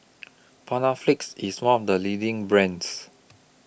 Panaflex IS one of The leading brands